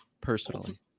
personally